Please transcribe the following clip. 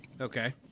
Okay